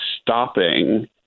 stopping